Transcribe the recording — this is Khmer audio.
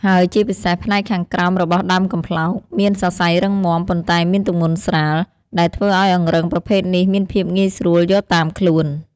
ហើយជាពិសេសផ្នែកខាងក្រោមរបស់ដើមកំប្លោក មានសរសៃរឹងមាំ ប៉ុន្តែមានទម្ងន់ស្រាល ដែលធ្វើឲ្យអង្រឹងប្រភេទនេះមានភាពងាយស្រួលយកតាមខ្លួន។